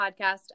podcast